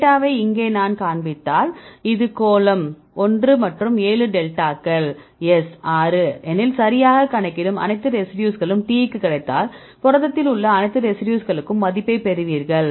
டேட்டாவைக் இங்கே நான் காண்பித்தாள் இது கோளம் ஒன்று மற்றும் ஏழு டெல்டாகள் s ஆறு எனில் சரியாக கணக்கிடும் அனைத்து ரெசிடியூங்களும் t க்கு கிடைத்தால் புரதத்தில் உள்ள அனைத்து ரெசிடியூஸ்களுக்கும் மதிப்பைப் பெறுவீர்கள்